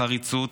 בחריצות,